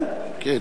כן.